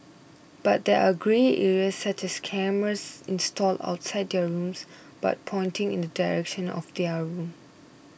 but there are grey areas such as cameras installed outside their rooms but pointing in the direction of their rooms